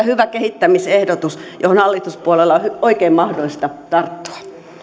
hyvä kehittämisehdotus johon hallituspuolueilla on oikein mahdollista tarttua